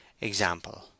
example